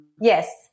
Yes